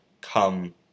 come